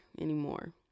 anymore